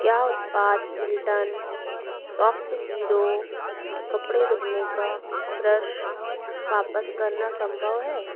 क्या उत्पाद Milton Spotzero कपड़े धोने का ब्रश वापस करना संभव है